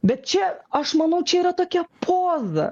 bet čia aš manau čia yra tokia poza